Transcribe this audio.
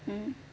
mm